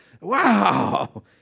Wow